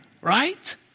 right